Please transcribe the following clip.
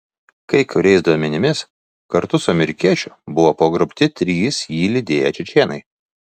kai kuriais duomenimis kartu su amerikiečiu buvo pagrobti trys jį lydėję čečėnai